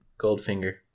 Goldfinger